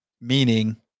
Meaning